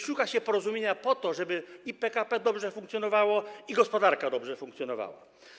Szuka się porozumienia po to, żeby i PKP dobrze funkcjonowało, i gospodarka dobrze funkcjonowała.